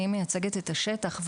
אני מייצגת את השטח,